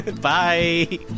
Bye